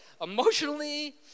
emotionally